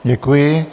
Děkuji.